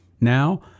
Now